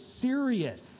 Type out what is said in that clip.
serious